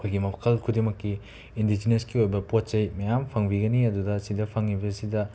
ꯑꯩꯈꯣꯏꯒꯤ ꯃꯈꯜ ꯈꯨꯗꯤꯡꯃꯛꯀꯤ ꯏꯟꯗꯤꯖꯤꯅꯁꯀꯤ ꯑꯣꯏꯕ ꯄꯣꯠ ꯆꯩ ꯃꯌꯥꯝ ꯐꯪꯕꯤꯒꯅꯤ ꯑꯗꯨꯗ ꯁꯤꯗ ꯐꯪꯉꯤꯕꯁꯤꯗ